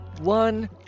One